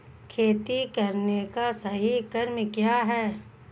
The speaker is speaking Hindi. खेती करने का सही क्रम क्या है?